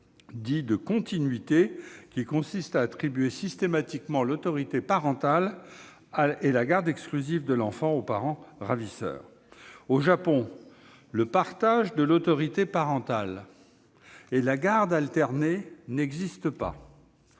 dit « de continuité », qui consiste à attribuer systématiquement l'autorité parentale et la garde exclusive de l'enfant au parent ravisseur. Au Japon, le partage de l'autorité parentale et la garde alternée n'existent pas.